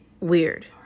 weird